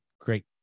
great